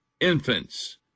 infants